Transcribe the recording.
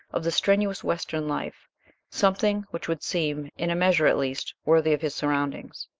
of the strenuous western life something which would seem, in a measure at least, worthy of his surroundings.